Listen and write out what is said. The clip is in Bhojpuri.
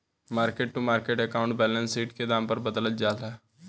market to market accounting balance sheet पर दाम के बदलल जाला